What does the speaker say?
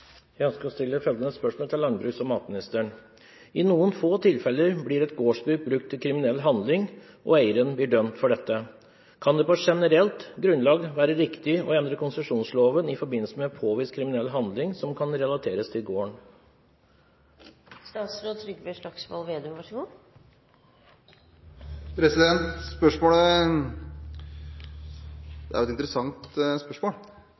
eieren blir dømt for dette. Kan det på generelt grunnlag være riktig å endre konsesjonsloven i forbindelse med påvist kriminell handling som kan relateres til gården?»